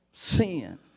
Sin